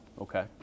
Okay